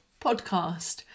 podcast